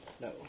No